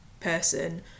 person